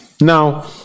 Now